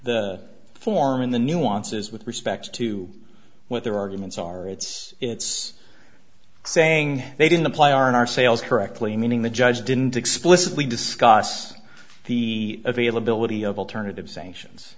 the form in the nuances with respect to what their arguments are it's it's saying they didn't apply our sales correctly meaning the judge didn't explicitly discuss the availability of alternative sanctions